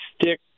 stick